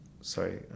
sorry